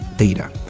data.